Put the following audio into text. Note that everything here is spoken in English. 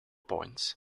points